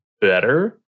better